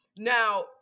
Now